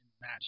match